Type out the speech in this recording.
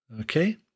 Okay